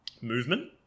movement